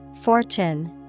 Fortune